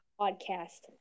podcast